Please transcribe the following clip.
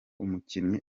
umukinyi